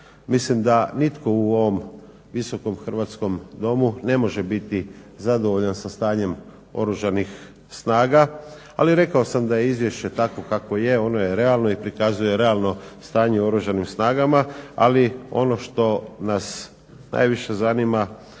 Mislim da nitko u ovom Visokom hrvatskom domu ne može biti zadovoljan sa stanjem Oružanih snaga. Ali rekao sam da je izvješće takvo kakvo je. Ono je realno i prikazuje realno stanje u Oružanim snagama, ali ono što nas najviše zanima